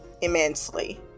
immensely